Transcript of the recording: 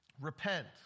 repent